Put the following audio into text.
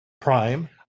Prime